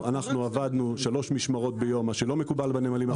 אנחנו עבדנו שלוש משמרות ביום מה שלא מקובל בנמלים האחרים